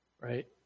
Right